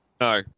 No